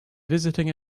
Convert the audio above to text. visiting